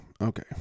okay